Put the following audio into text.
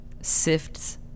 sifts